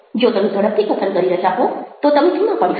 જો તમે ઝડપથી કથન કરી રહ્યા હો તો તમે ધીમા પડી શકો